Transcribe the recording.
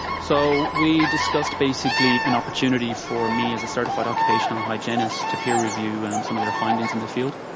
so we discussed basically an opportunity for for me as a certified occupational hygienist to peer review and um some of their findings in the field,